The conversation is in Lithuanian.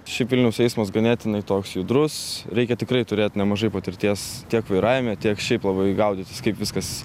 šiaip vilniaus eismas ganėtinai toks judrus reikia tikrai turėt nemažai patirties tiek vairavime tiek šiaip labai gaudytis kaip viskas